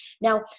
Now